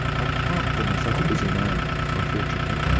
i can't call myself a busy man unfortunately,